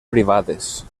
privades